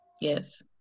Yes